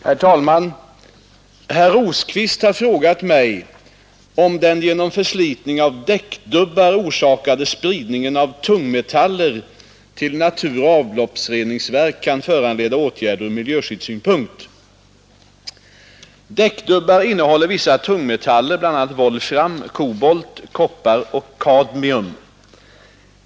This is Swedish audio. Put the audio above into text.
Herr talman! Herr Rosqvist har frågat om den genom förslitning av däckdubbar orsakade spridningen av tungmetaller till natur och avloppsreningsverk kan föranleda åtgärder från miljöskyddssynpunkt. Däckdubbar innehåller vissa tungmetaller, bl.a. volfram, kobolt, koppar och kadmium.